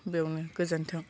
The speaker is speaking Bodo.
बेवनो गोजोन्थों